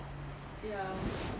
ya